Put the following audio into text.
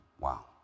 Wow